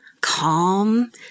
calm